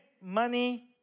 money